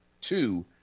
two